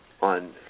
on